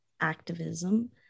activism